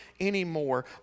anymore